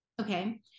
Okay